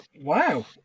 Wow